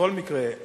בכל מקרה,